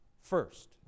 first